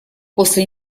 после